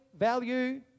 Value